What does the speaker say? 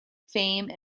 fame